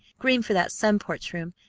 green for that sun-porch room!